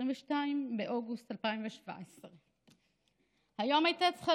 22 באוגוסט 2014. היום הייתה צריכה